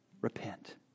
Repent